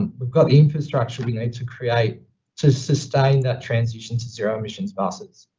and we've got infrastructure we need to create to sustain that transition to zero emissions buses.